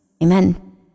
Amen